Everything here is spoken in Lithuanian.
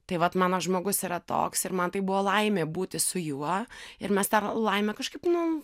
tai vat mano žmogus yra toks ir man tai buvo laimė būti su juo ir mes tą laimę kažkaip nu